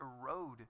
erode